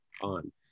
on